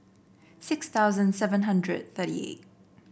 six thousand seven hundred thirty eight